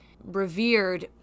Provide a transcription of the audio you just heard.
revered